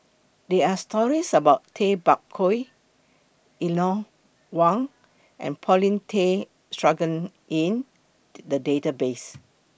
There Are stories about Tay Bak Koi Eleanor Wong and Paulin Tay Straughan in The Database